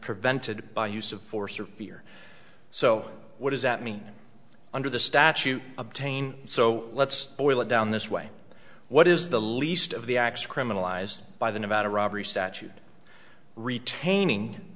prevented by use of force or fear so what does that mean under the statute obtain so let's boil it down this way what is the least of the acts criminalized by the nevada robbery statute retaining